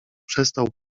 przestał